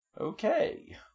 okay